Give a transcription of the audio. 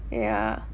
ya